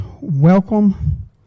welcome